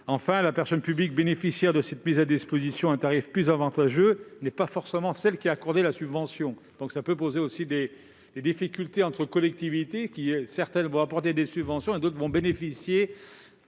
Enfin, la personne publique bénéficiaire d'une mise à disposition à un tarif plus avantageux n'est pas forcément celle qui a accordé la subvention, ce qui peut également poser des problèmes entre collectivités : certaines vont apporter des subventions et d'autres vont bénéficier